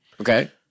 Okay